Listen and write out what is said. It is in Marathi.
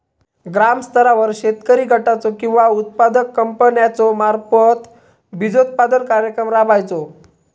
ग्रामस्तरावर शेतकरी गटाचो किंवा उत्पादक कंपन्याचो मार्फत बिजोत्पादन कार्यक्रम राबायचो?